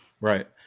Right